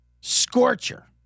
scorcher